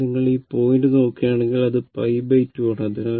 അതിനാൽ നിങ്ങൾ ഈ പോയിന്റ് നോക്കുകയാണെങ്കിൽ അത് π2 ആണ്